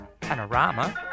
panorama